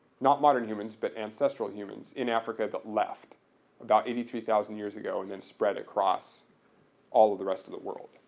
not modern humans, but ancestral humans in africa that left about eighty three thousand years ago and then spread across all of the rest of the world.